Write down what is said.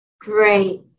Great